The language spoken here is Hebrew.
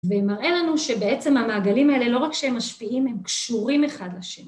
ומראה לנו שבעצם המעגלים האלה לא רק שהם משפיעים, הם קשורים אחד לשני.